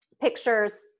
pictures